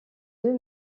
deux